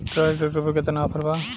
Trolley tractor पर केतना offer बा?